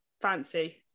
fancy